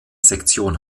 sektion